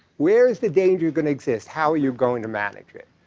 where is the danger going to exist? how are you going to manage it?